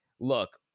look